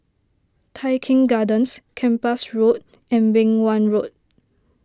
Tai Keng Gardens Kempas Road and Beng Wan Road